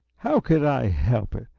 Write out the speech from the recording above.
how could i help it?